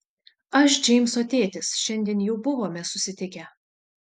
aš džeimso tėtis šiandien jau buvome susitikę